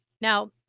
Now